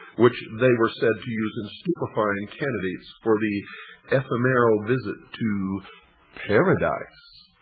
which they were said to use in stupefying candidates for the ephemeral visit to paradise.